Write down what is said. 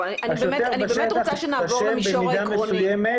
השוטר בשטח במידה מסוימת